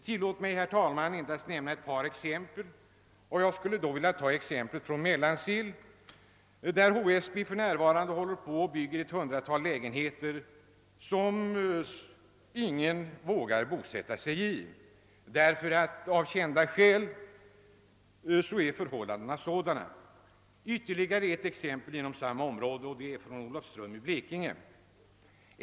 Tillåt mig, herr talman, att nämna ett par exempel. Jag skulle då vilja ta upp exemplet från Mellansel där HSB för närvarande håller på att bygga ett hundratal lägenheter som ingen hittills vågat anmäla sig för, ytterligare ett exempel inom samma område kan anföras. Det är från Olofström i Blekinge.